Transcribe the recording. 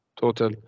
total